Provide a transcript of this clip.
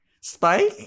spike